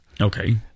Okay